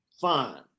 fine